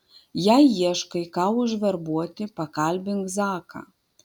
jei ieškai ką užverbuoti pakalbink zaką